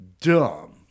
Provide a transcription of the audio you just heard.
dumb